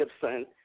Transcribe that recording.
Gibson